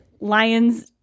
Lions